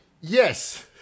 Yes